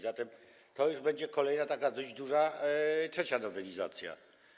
Zatem to już będzie kolejna dość duża, trzecia nowelizacja.